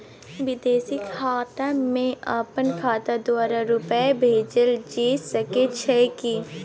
विदेशी खाता में अपन खाता द्वारा रुपिया भेजल जे सके छै की?